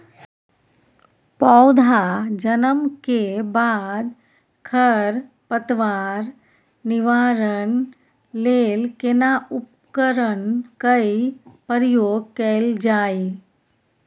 पौधा जन्म के बाद खर पतवार निवारण लेल केना उपकरण कय प्रयोग कैल जाय?